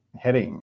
heading